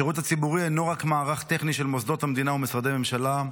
השירות הציבורי אינו רק מערך טכני של מוסדות המדינה ומשרדי ממשלה,